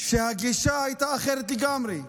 שהגישה הייתה אחרת לגמרי.